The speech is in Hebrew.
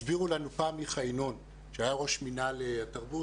הסביר לנו פעם מיכה ינון שהיה ראש מינהל התרבות,